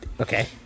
Okay